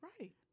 Right